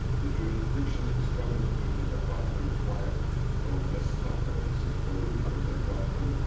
the jurisdiction is coming to the department five of gestapo. this is political department,